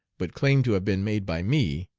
but claimed to have been made by me,